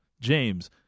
James